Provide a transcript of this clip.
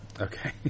Okay